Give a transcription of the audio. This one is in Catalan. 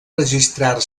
registrar